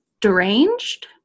deranged